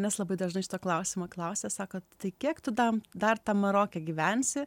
nes labai dažnai šito klausimo klausia sako tai kiek tu tam dar tam maroke gyvensi